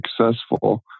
successful